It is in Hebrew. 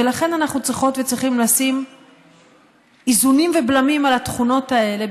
ולכן אנחנו צריכות וצריכים לשים איזונים ובלמים על התכונות האלה,